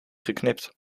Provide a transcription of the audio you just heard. geknipt